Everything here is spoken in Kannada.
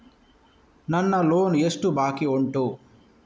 ನನ್ನ ಲೋನ್ ಎಷ್ಟು ಬಾಕಿ ಉಂಟು?